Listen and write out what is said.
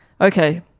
Okay